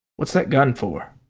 what's that gun for?